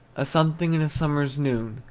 a something in a summer's noon,